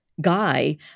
guy